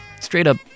straight-up